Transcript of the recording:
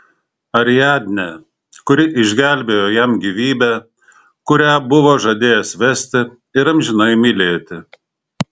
ariadnę kuri išgelbėjo jam gyvybę kurią buvo žadėjęs vesti ir amžinai mylėti